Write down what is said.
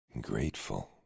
grateful